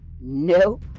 No